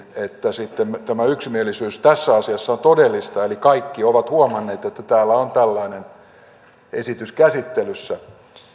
että tämä yksimielisyys tässä asiassa on todellista eli kaikki ovat huomanneet että täällä on tällainen esitys käsittelyssä